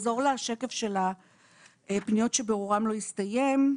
נחזור לשקף לפניות שבירורן לא הסתיים.